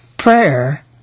Prayer